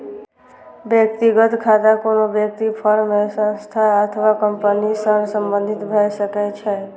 व्यक्तिगत खाता कोनो व्यक्ति, फर्म, संस्था अथवा कंपनी सं संबंधित भए सकै छै